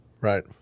Right